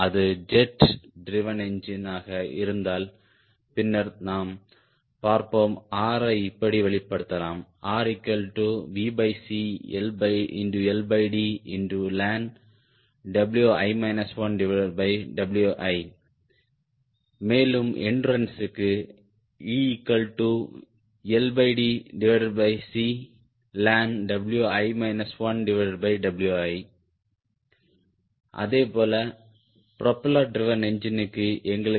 அது jet driven engine ஆக இருந்தால் பின்னர் நாம் பார்ப்போம் R ஐ இப்படி வெளிப்படுத்தலாம் RlnWi 1Wi மேலும் எண்டுறன்ஸ்க்கு ELDClnWi 1Wi அதேபோல ப்ரொபெல்லர் ட்ரிவேன் என்ஜினுக்கு எங்களுக்கு தெரியும்